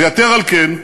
ויתר על כן,